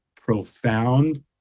profound